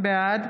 בעד